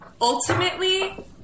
ultimately